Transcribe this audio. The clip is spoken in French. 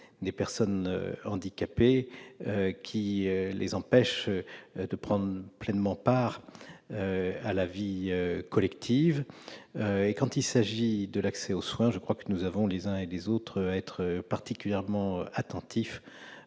les personnes handicapées de prendre pleinement part à la vie collective. Quand il s'agit de l'accès aux soins, nous devons, les uns et les autres, être particulièrement attentifs